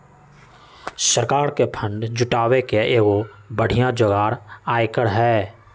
सरकार के फंड जुटावे के एगो बढ़िया जोगार आयकर हई